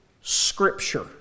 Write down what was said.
Scripture